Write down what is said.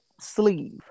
sleeve